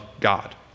God